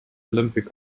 olympic